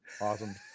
awesome